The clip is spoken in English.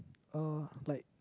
uh like